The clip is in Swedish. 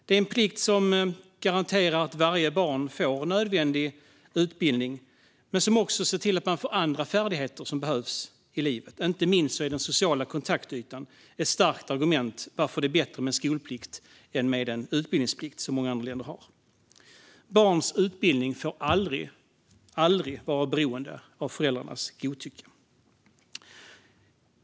Det är en plikt som garanterar att varje barn får nödvändig utbildning men som också ser till att man får andra färdigheter som behövs i livet. Inte minst är den sociala kontaktytan ett starkt argument för att det är bättre med en skolplikt än med en utbildningsplikt, som många andra länder har. Barns utbildning får aldrig vara beroende av föräldrarnas godtycke.